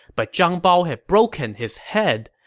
but zhang bao had broken his head,